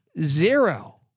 zero